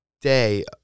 day